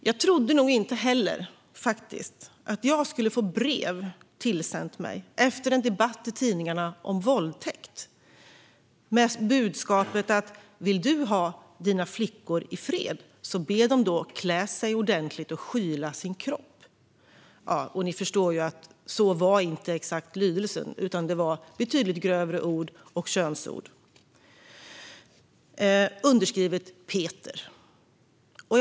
Jag trodde nog faktiskt inte heller att jag efter en debatt i tidningarna om våldtäkt skulle få brev tillsänt mig, med budskapet: Vill du ha dina flickor i fred, be dem då klä sig ordentligt och skyla sin kropp! Ja, ni förstår ju att lydelsen inte var exakt så, utan det var betydligt grövre ord som användes - och könsord. Brevet var underskrivet av en Peter.